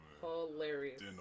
hilarious